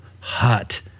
hut